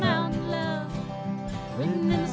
no no